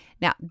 Now